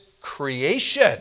creation